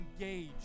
engage